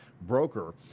broker